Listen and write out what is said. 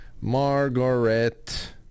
margaret